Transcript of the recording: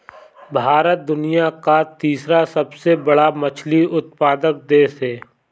भारत दुनिया का तीसरा सबसे बड़ा मछली उत्पादक देश है